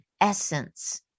essence